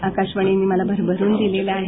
आकाशवाणी ने मला भरभरून दिलेला आहे